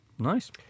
Nice